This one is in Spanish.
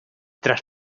tras